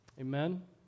amen